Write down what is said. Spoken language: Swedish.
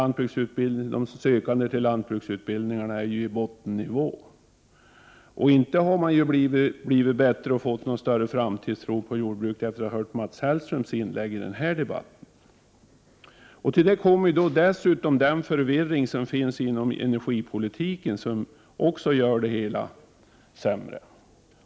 Antalet sökande till lantbruksutbildningarna är ju på bottennivå. Och inte har man fått någon större framtidstro på jordbruket efter att ha hört Mats Hellströms inlägg i den här debatten. Den förvirring som råder inom energipolitiken bidrar dessutom till att göra utsikterna sämre.